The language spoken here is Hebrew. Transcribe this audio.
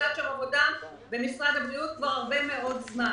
מבוצעת עבודה במשרד הבריאות כבר הרבה מאוד זמן.